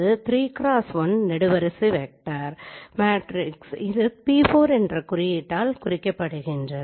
மற்றும் p என்பது 3x1 நெடுவரிசை வெக்டர் மேட்ரிக்ஸ் இது p4 என்ற குறியீட்டால் குறிக்கப்படுகிறது